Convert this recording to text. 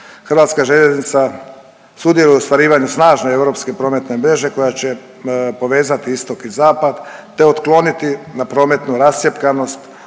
Hrvatska željeznica sudjeluje u ostvarivanju snažne europske prometne mreže koja će povezati istok i zapad te otkloniti na prometnu rascjepkanost